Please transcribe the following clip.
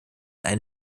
einen